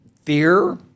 fear